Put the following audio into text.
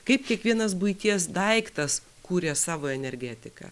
kaip kiekvienas buities daiktas kūrė savo energetiką